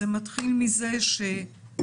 אלא זה מתחיל מזה שהעלויות